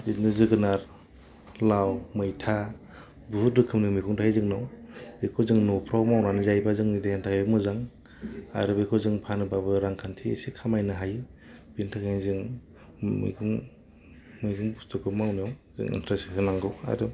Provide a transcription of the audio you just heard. बिदिनो जोगोनाथ लाव मैथा बुहुत रोखोमनि मैगं थायो जोंनाव बेखौ जों न' फ्राव मावनानै जायोबा जोंनि देहानि थाखायबो मोजां आरो बिखौ जों फानोबाबो रांखान्थि एसे खामायनो हायो बेनि थाखाय जों मैगं बुसथुखौ मावनायाव जों इन्टारेस्ट होनांगौ आरो